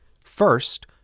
First